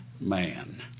man